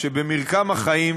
לא למקומות שיש בהם הרבה כסף,